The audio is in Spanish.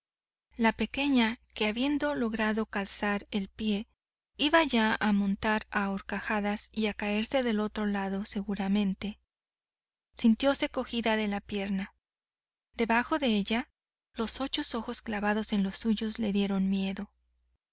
la pequeña que habiendo logrado calzar el pie iba ya a montar a horcajadas y a caerse del otro lado seguramente sintióse cogida de la pierna debajo de ella los ocho ojos clavados en los suyos le dieron miedo